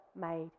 made